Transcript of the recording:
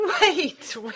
Wait